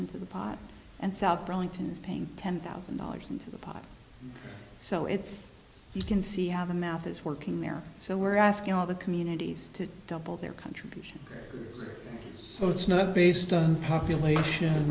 into the pot and south burlington is paying ten thousand dollars into the pot so it's you can see have a mouth is working there so we're asking all the communities to double their contribution so it's not based on population